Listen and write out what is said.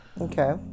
Okay